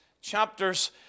chapters